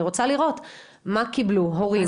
אני רוצה לראות מה קיבלו הורים.